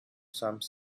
some